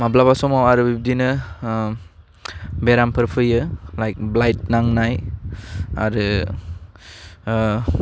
माब्लाबा समाव आरो बिब्दिनो ओह बेरामफोर फैयो लाइक ब्लाइट नांनाय आरो ओह